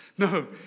No